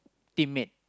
teammate